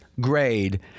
grade